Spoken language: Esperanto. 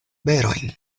berojn